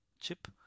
chip